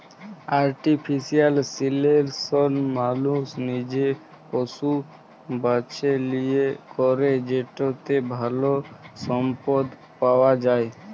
artificial selection মালুস লিজে পশু বাছে লিয়ে ক্যরে যেটতে ভাল সম্পদ পাউয়া যায়